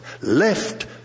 left